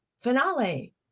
finale